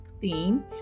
theme